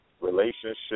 relationship